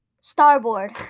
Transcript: Starboard